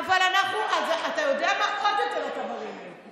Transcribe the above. אתה יודע, עוד יותר אתה מרים לי.